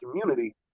community